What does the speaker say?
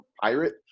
pirate